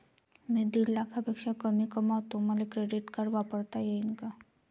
मी दीड लाखापेक्षा कमी कमवतो, मले क्रेडिट कार्ड वापरता येईन का?